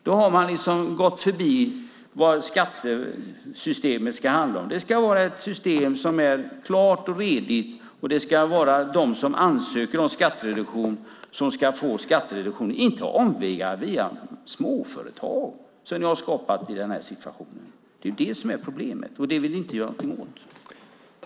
Då har man gått förbi vad skattesystemet ska handla om. Det ska vara ett system som är klart och redigt. Det ska vara de som ansöker om skattereduktion som ska få skattereduktion, inte omvägar via småföretag som ni har skapat i denna situation. Det är problemet, och det vill ni inte göra något åt.